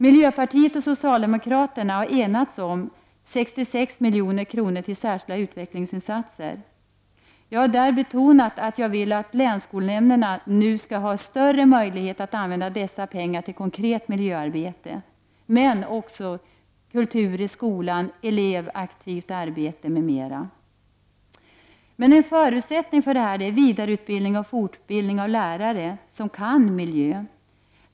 Miljöpartiet och socialdemokraterna har enats om 66 milj.kr. till särskilda utvecklingsinsatser. Jag har betonat att jag vill att länsskolnämnderna nu skall ha större möjlighet att använda dessa pengar till konkret miljöarbete, men också till kultur i skolan, elevaktivt arbete m.m. En förutsättning för bra undervisning är vidareutbildning och fortbildning av lärare som kan miljö.